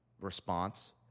response